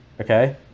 Okay